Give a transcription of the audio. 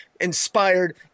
inspired